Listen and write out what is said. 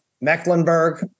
Mecklenburg